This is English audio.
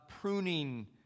pruning